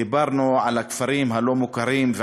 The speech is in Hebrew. דיברנו על הכפרים הלא-מוכרים,